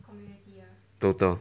total